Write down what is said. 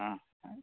অঁ